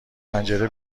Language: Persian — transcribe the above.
پنجره